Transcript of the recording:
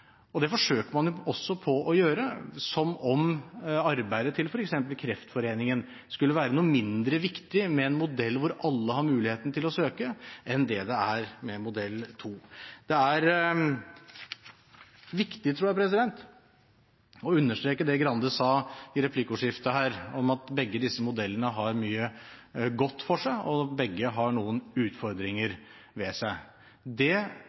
Det forsøker man jo også å gjøre, som om arbeidet til f.eks. Kreftforeningen skulle være noe mindre viktig med en modell hvor alle har muligheten til å søke, enn det det er med modell 2. Det er viktig, tror jeg, å understreke det Grande sa i replikkordskiftet her om at begge disse modellene har mye godt for seg, og begge har noen utfordringer ved seg. Det